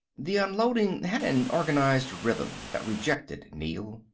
the unloading had an organized rhythm that rejected neel.